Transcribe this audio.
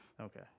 Okay